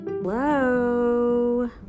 hello